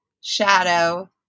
Shadow